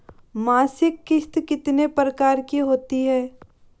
मासिक किश्त कितने प्रकार की होती है?